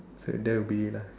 so that'll be lah